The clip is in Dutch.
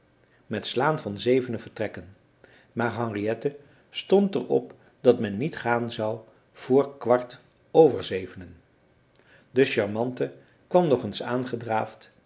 met slaan van zevenen vertrekken maar henriette stond er op dat men niet gaan zou voor kwart ver zevenen de charmante kwam nog eens aangedraafd